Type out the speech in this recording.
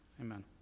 amen